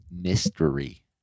mystery